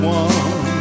one